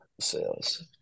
sales